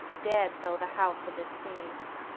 dead though the house of it seems.